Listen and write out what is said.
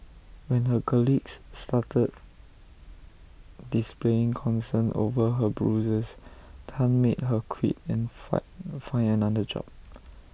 when her colleagues started displaying concern over her Bruises Tan made her quit and find find another job